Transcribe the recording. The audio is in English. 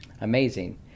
amazing